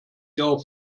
ihrer